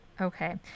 Okay